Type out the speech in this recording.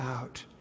out